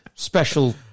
Special